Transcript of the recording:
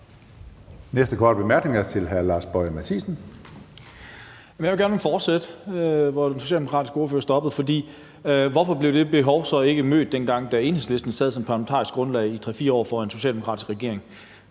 Boje Mathiesen. Kl. 15:17 Lars Boje Mathiesen (UFG): Jeg vil gerne fortsætte, hvor den socialdemokratiske spørger stoppede, for hvorfor blev det behov så ikke mødt, dengang Enhedslisten sad som parlamentarisk grundlag i 3-4 år for en socialdemokratisk regering,